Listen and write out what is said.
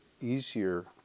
easier